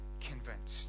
convinced